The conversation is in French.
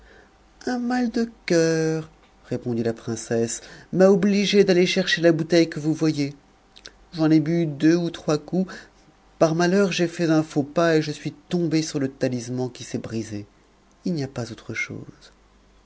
un mal de coeur lui répondit la princesse m'a obligée d'aller chercher la bouteille que vous voyez j'en ai bu deux ou trois coups par malheur j'ai fait un faux pas et je suis tombée sur le talisman qui s'est brisé il n'y a pas autre chose